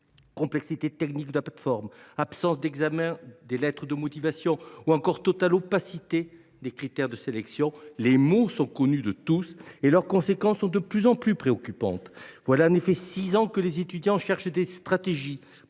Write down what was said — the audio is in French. Complexité technique de la plateforme, absence d’examen des lettres de motivation, opacité totale des critères de sélection… Les maux sont connus de tous et leurs conséquences sont de plus en plus préoccupantes. Voilà en effet six ans que les étudiants cherchent des stratégies